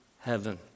heaven